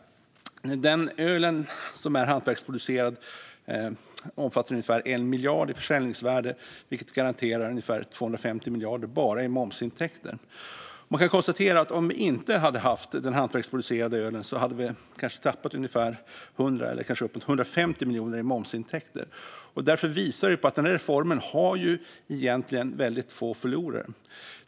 Den öl som är hantverksproducerad omfattar ungefär 1 miljard i försäljningsvärde, vilket garanterar ungefär 250 miljoner bara i momsintäkter. Man kan konstatera att om vi inte hade haft den hantverksproducerade ölen hade vi tappat kanske 100 eller uppåt 150 miljoner i momsintäkter. Det visar att denna reform har väldigt få förlorare.